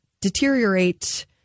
deteriorate